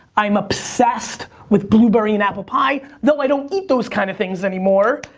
i'm obsessed with blueberry and apple pie, though i don't eat those kind of things anymore,